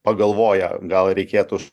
pagalvoja gal reikėtų